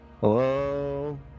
Hello